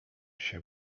się